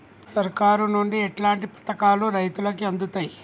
సర్కారు నుండి ఎట్లాంటి పథకాలు రైతులకి అందుతయ్?